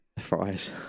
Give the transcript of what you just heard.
fries